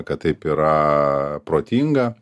kad taip yra protinga